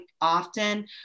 often